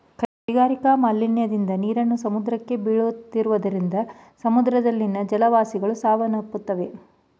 ಕೈಗಾರಿಕಾ ಮಾಲಿನ್ಯದ ನೀರನ್ನು ಸಮುದ್ರಕ್ಕೆ ಬೀಳುತ್ತಿರುವುದರಿಂದ ಸಮುದ್ರದಲ್ಲಿನ ಜಲವಾಸಿಗಳು ಸಾವನ್ನಪ್ಪುತ್ತಿವೆ